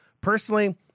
Personally